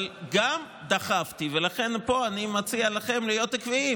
אבל גם דחפתי, ולכן פה אני מציע לכם להיות עקביים,